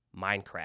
Minecraft